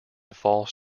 falls